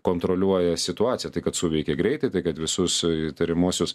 kontroliuoja situaciją tai kad suveikė greitai tai kad visus įtariamuosius